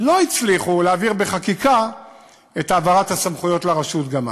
לא הצליחו להעביר בחקיקה את העברת הסמכויות לרשות גם אז.